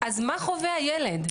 אז מה חווה הילד?